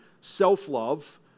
self-love